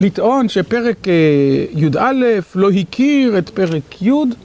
לטעון שפרק י"א לא הכיר את פרק י'